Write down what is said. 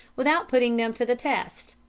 without putting them to the test,